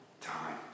time